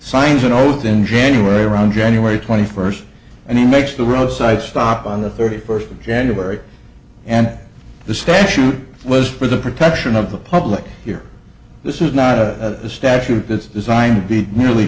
signs an oath in january around january twenty first and he makes the roadside stop on the thirty first of january and the statute was for the protection of the public here this is not a statute that's designed to beat nearly